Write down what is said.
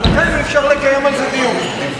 ולכן, אי-אפשר לקיים על זה דיון.